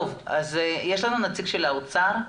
יש לנו נציג של האוצר?